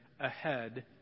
ahead